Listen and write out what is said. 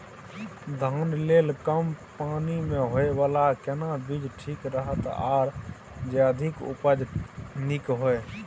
धान लेल कम पानी मे होयबला केना बीज ठीक रहत आर जे अधिक उपज नीक होय?